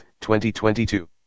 2022